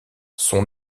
son